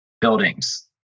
buildings